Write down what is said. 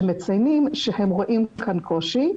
שמציינים שהם רואים כאן קושי.